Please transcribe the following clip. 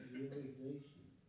realization